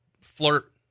flirt